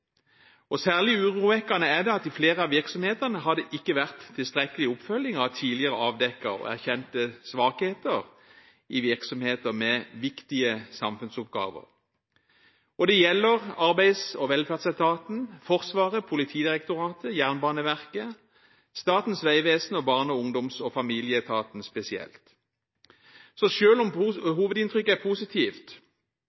Særlig urovekkende er det at det i flere virksomheter med viktige samfunnsoppgaver ikke har vært tilstrekkelig oppfølging av tidligere avdekkede og erkjente svakheter. Det gjelder spesielt Arbeids- og velferdsetaten, Forsvaret, Politidirektoratet, Jernbaneverket, Statens vegvesen og Barne-, ungdoms- og familieetaten.